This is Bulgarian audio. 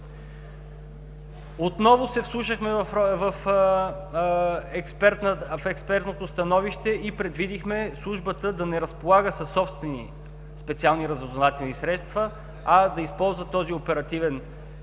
Отново се вслушахме в експертното становище и предвидихме службата да не разполага със собствени специални разузнавателни средства, а да използва този оперативен